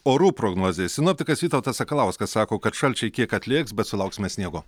orų prognozė sinoptikas vytautas sakalauskas sako kad šalčiai kiek atlėgs bet sulauksime sniego